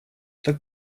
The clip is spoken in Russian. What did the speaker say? так